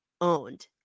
owned